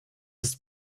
ist